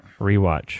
rewatch